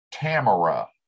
Tamara